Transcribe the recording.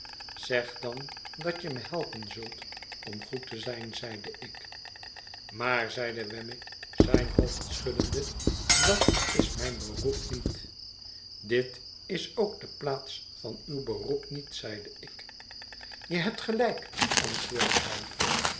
zeg dan dat je me helpen zult om goed te zijn zeide ik maar zeide wemmick zijn hoofd schuddende dat is mijn beroep niet dit is ook de plaats van uw beroep niet zeide ik je hebt gelijk antwoordde hij